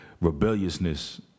rebelliousness